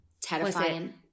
terrifying